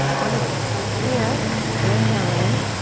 wonderful, from here inhale in.